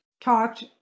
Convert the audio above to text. talked